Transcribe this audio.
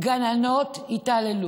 גננות התעללו.